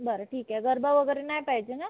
बरं ठीक आहे गरबा वगैरे नाही पाहिजे ना